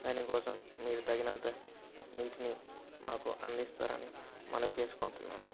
దానికోసం మీరు తగినంత నీటిని మాకు అందిస్తారని మనవి చేసుకుంటున్నాను